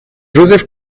joseph